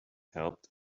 helped